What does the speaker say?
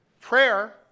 Prayer